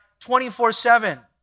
24-7